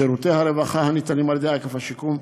שירותי הרווחה הניתנים על ידי אגף השיקום,